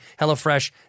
HelloFresh